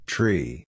Tree